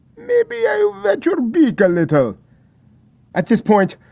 maybe i should be gallito at this point.